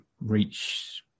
reach